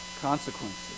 consequences